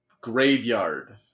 graveyard